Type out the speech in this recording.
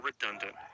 redundant